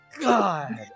God